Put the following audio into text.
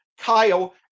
Kyle